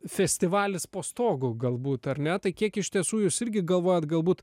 festivalis po stogu galbūt ar ne tai kiek iš tiesų jūs irgi galvojat galbūt